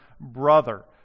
brother